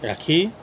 ৰাখি